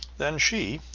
then she,